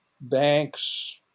Banks